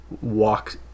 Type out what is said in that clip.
walk